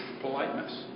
politeness